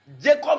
jacob